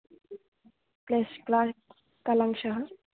क्लेश् क्लाश् कालांशः